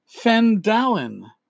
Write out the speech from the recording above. Fendalen